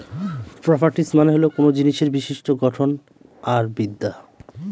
properties মানে হল কোনো জিনিসের বিশিষ্ট্য গঠন আর বিদ্যা